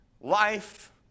life